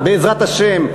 בעזרת השם,